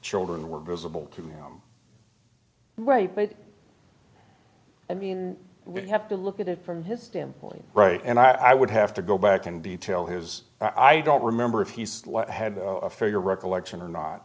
children were visible to me right but i mean we have to look at it from his standpoint right and i would have to go back and detail his i don't remember if he slept had a figure recollection or not